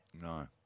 No